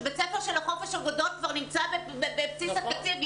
שבית ספר של החופש הגדול כבר נמצא בבסיס התקציב.